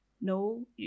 no